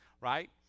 right